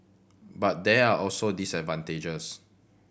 but there are also disadvantages